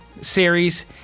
series